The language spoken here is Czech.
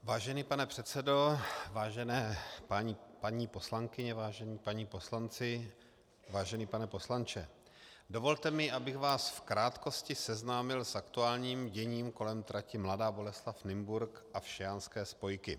Vážený pane předsedo, vážené paní poslankyně, vážení páni poslanci, vážený pane poslanče, dovolte mi, abych vás v krátkosti seznámil s aktuálním děním kolem trati Mladá Boleslav Nymburk a všejanské spojky.